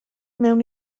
mewn